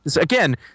Again